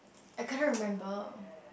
I can't remember